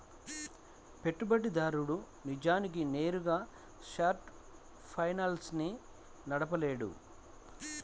పెట్టుబడిదారుడు నిజానికి నేరుగా షార్ట్ ఫైనాన్స్ ని నడపలేడు